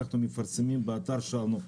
אנחנו מפרסמים באתר שלנו,